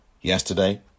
Yesterday